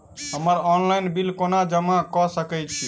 हम्मर online bill कोना जमा कऽ सकय छी?